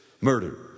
murder